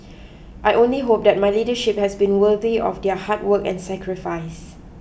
I only hope that my leadership has been worthy of their hard work and sacrifice